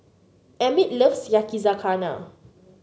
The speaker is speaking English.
Emmit loves Yakizakana